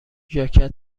ژاکت